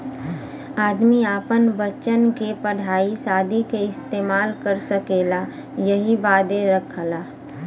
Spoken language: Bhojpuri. आदमी आपन बच्चन क पढ़ाई सादी के इम्तेजाम कर सकेला यही बदे रखला